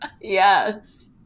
Yes